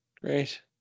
Great